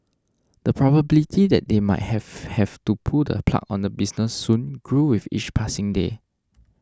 the probability that they might have have to pull the plug on the business soon grew with each passing day